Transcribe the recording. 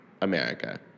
America